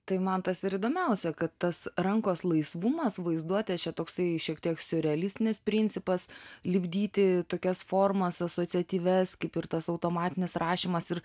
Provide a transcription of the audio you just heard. tai man tas ir įdomiausia kad tas rankos laisvumas vaizduotė čia toksai šiek tiek siurrealistinis principas lipdyti tokias formas asociatyvias kaip ir tas automatinis rašymas ir